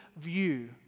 view